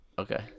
Okay